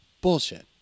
Bullshit